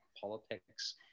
politics